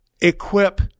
Equip